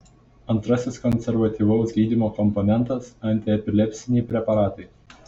antrasis konservatyvaus gydymo komponentas antiepilepsiniai preparatai